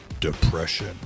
Depression